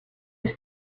are